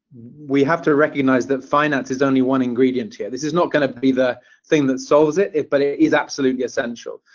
we have to recognize that finance is only one ingredient here. this is not going to be the thing that solves it, but is absolutely essential.